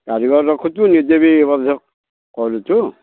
କାରିଗର ରଖୁଛୁ ନିଜେ ବି ମଧ୍ୟ କରୁଛୁ